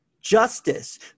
Justice